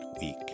week